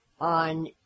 on